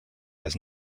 has